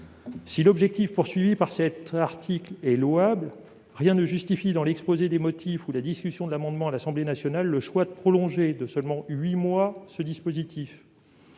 Si l'objectif de cet article est louable, rien dans l'exposé des motifs ou la discussion de l'amendement à l'Assemblée nationale ne justifie le choix de prolonger de seulement huit mois ce dispositif.